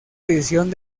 edición